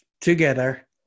together